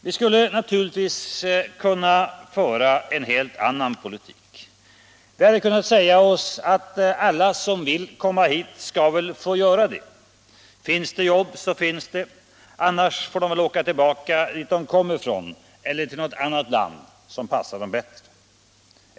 Vi skulle naturligtvis ha kunnat föra en helt annan politik. Vi hade kunnat säga oss att alla som vill komma hit skall få göra det. Finns det jobb så finns det, annars får de väl åka tillbaka dit varifrån de kom eller till något annat land som passar dem bättre.